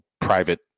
private